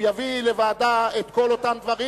הוא יביא לוועדה את כל אותם דברים.